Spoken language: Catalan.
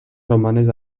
romanes